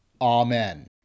Amen